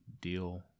deal